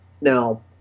Now